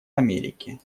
америки